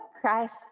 Christ